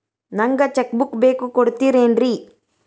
ನಂಗ cheque book ಬೇಕು ಕೊಡ್ತಿರೇನ್ರಿ?